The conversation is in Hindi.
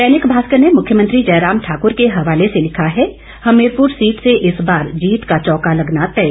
दैनिक भास्कर ने मुख्यमंत्री जयराम ठाकुर के हवाले से लिखा है हमीरपुर सीट से इस बार जीत का चौका लगना तय